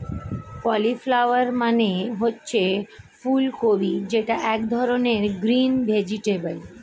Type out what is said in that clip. cauliflower মানে হচ্ছে ফুলকপি যেটা এক ধরনের গ্রিন ভেজিটেবল